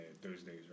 Thursdays